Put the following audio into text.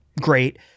great